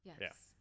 Yes